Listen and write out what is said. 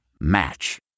Match